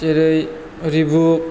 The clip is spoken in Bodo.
जेरै रिबुक